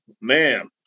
man